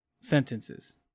sentences